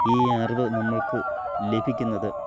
ഈ അറിവ് നമ്മൾക്ക് ലഭിക്കുന്നത്